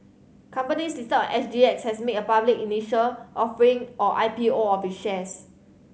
companies listed S G X has made a public initial offering or I P O of its shares